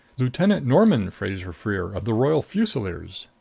lieutenant norman fraser-freer, of the royal fusiliers.